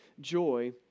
joy